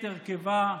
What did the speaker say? את הרכבה,